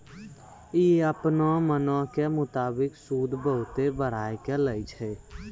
इ अपनो मनो के मुताबिक सूद बहुते बढ़ाय के लै छै